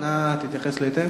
נא להתייחס בהתאם.